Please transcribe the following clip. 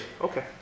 okay